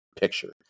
picture